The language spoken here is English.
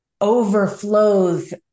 overflows